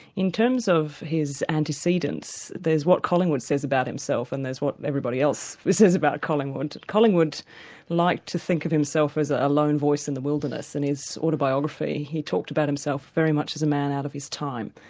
in terms of his antecedents, there's what collingwood says about himself, and there's what everybody else says about collingwood. collingwood liked to think of himself as ah a lone voice in the wilderness. in his autobiography, he talked about himself very much as a man out of his time,